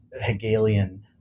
Hegelian